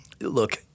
look